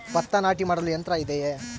ಭತ್ತ ನಾಟಿ ಮಾಡಲು ಯಂತ್ರ ಇದೆಯೇ?